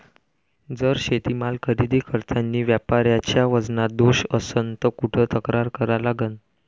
जर शेतीमाल खरेदी करतांनी व्यापाऱ्याच्या वजनात दोष असन त कुठ तक्रार करा लागन?